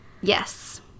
Yes